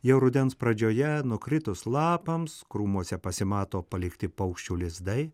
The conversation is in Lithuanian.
jau rudens pradžioje nukritus lapams krūmuose pasimato palikti paukščių lizdai